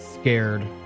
scared